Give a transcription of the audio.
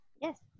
Yes